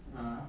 (uh huh)